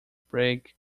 brig